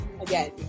again